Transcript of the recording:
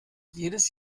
jedes